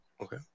Okay